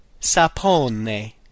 Sapone